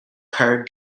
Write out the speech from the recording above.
car